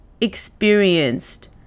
experienced